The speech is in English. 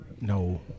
No